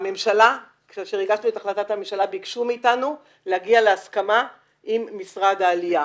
כאשר הגשנו את החלטת הממשלה ביקשו מאיתנו להגיע להסכמה עם משרד העלייה.